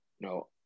no